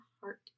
heart